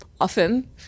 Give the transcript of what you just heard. often